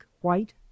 white